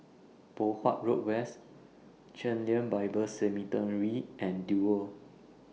Poh Huat Road West Chen Lien Bible Seminary and Duo